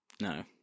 No